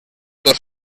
dos